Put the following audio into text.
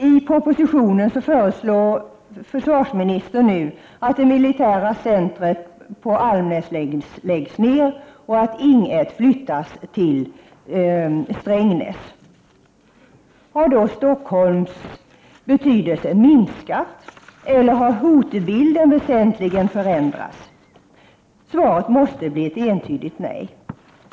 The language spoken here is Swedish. I propositionen föreslår försvarsministern nu att det militära centret på Almnäs läggs ner och att Ing 1 flyttas till Strängnäs. Har då Stockholms betydelse minskat, eller har hotbilden väsentligen förändrats? Svaret måste bli ett entydigt nej.